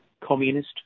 communist